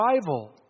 arrival